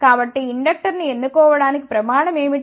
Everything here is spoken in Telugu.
కాబట్టి ఇండక్టర్ ను ఎన్నుకోవటానికి ప్రమాణం ఏమిటి